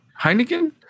Heineken